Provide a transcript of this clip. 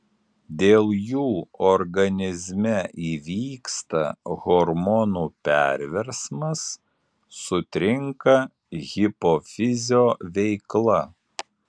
dėl jų organizme įvyksta hormonų perversmas sutrinka hipofizio veikla